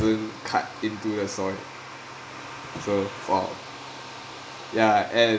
cut into the soil so fall ya and